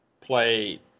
play